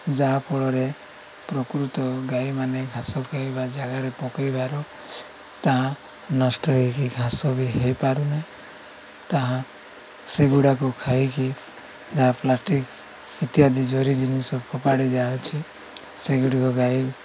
ଯାହାଫଳରେ ପ୍ରକୃତ ଗାଈମାନେ ଘାସ ଖାଇବା ଜାଗାରେ ପକେଇବାର ତାହା ନଷ୍ଟ ହେଇକି ଘାସ ବି ହେଇପାରୁନାହି ତାହା ସେଗୁଡ଼ାକୁ ଖାଇକି ଯାହା ପ୍ଲାଷ୍ଟିକ ଇତ୍ୟାଦି ଜରି ଜିନିଷ ଫୋପାଡ଼ି ଦିଆହଉଛି ସେଗୁଡ଼ିକ ଗାଈ